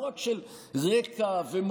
לא רק של רקע ומוצא,